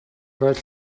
roedd